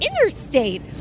interstate